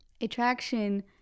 Attraction